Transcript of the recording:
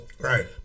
Right